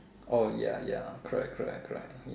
oh ya ya correct correct correct